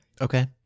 Okay